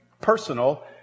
personal